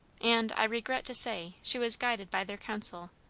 and, i regret to say, she was guided by their counsel.